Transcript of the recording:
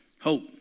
Hope